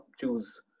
choose